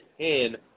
ten